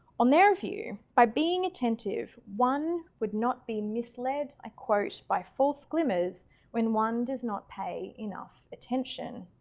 on their view, by being attentive, one would not be misled i quote by false glimmers when one does not pay enough attention.